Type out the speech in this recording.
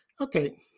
okay